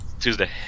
Tuesday